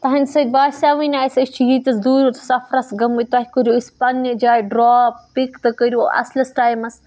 تہٕنٛدِ سۭتۍ باسیٚوے نہٕ اَسہِ أسۍ چھِ ییٖتِس دوٗر سَفرَس گٔمٕتۍ تۄہہِ کٔرِو أسۍ پنٛنہِ جایہِ ڈراپ پِک تہٕ کٔرِو اَصلِس ٹایمَس